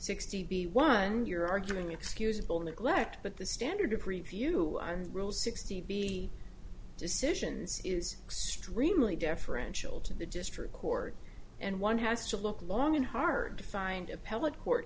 sixty one you're arguing excusable neglect but the standard of review rule sixty b decisions is extremely deferential to the district court and one has to look long and hard to find appellate court